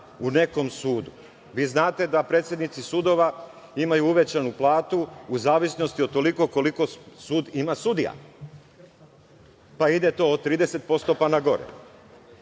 u nekom sudu. Vi znate da predsednici sudova imaju uvećanu platu u zavisnosti od toga koliko sud ima sudija, pa ide od 30% na gore. To